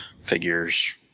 figures